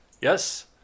Yes